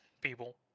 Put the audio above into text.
people